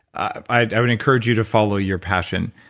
i would encourage you to follow your passion,